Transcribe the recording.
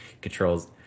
controls